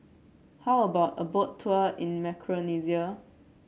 how about a Boat Tour in Micronesia